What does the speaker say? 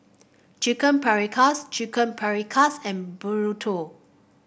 Chicken Paprikas Chicken Paprikas and Burrito